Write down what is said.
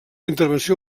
intervenció